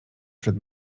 przed